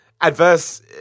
adverse